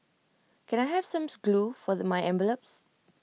can I have some glue for my envelopes